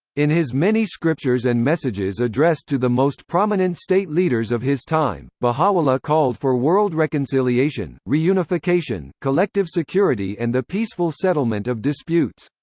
in his many scriptures and messages addressed to the most prominent state leaders of his time, baha'u'llah called for world reconciliation, reunification, collective security and the peaceful settlement of disputes.